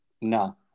No